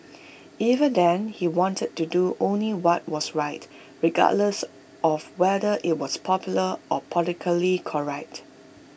even then he wanted to do only what was right regardless of whether IT was popular or politically correct